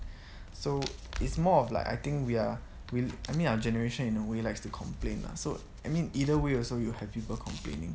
so it's more of like I think we are we I mean our generation in a way likes to complain lah so I mean either way also you have people complaining